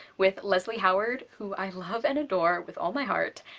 with leslie howard, who i love and adore with all my heart,